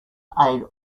aid